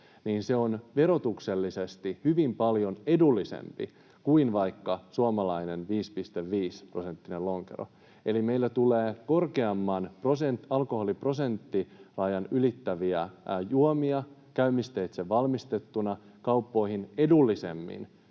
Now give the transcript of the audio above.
niin se on verotuksellisesti hyvin paljon edullisempi kuin vaikka suomalainen 5,5-prosenttinen lonkero. Eli meillä tulee korkeamman alkoholiprosenttirajan ylittäviä juomia käymisteitse valmistettuna kauppoihin edullisemmin